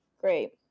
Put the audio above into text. great